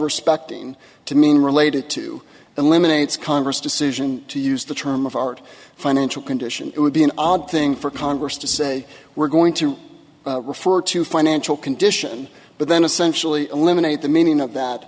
respecting to mean related to eliminates congress decision to use the term of art financial condition it would be an odd thing for congress to say we're going to refer to financial condition but then essentially eliminate the meaning of that